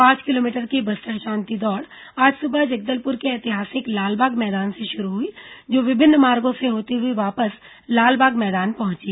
पांच किलोमीटर की बस्तर शांति दौड़ आज सुबह जगदलपुर के ऐतिहासिक लालबाग मैदान से शुरू हुई जो विभिन्न मार्गों से होती हुई वापस लालबाग मैदान पहुंची